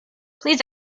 please